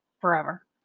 forever